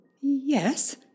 Yes